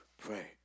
pray